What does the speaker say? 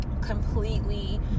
Completely